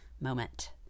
moment